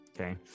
Okay